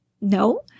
No